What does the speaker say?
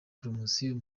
promosiyo